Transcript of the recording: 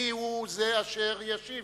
מיהו זה אשר ישיב,